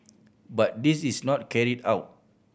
but this is not carried out